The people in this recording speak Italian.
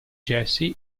jesse